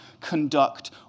conduct